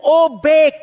obey